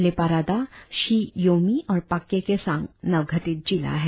लेपा रादा शी योमी और पाक्के केसांग नव गठित जिला है